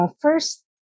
first